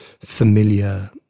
familiar